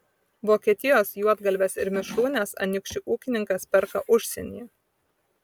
vokietijos juodgalves ir mišrūnes anykščių ūkininkas perka užsienyje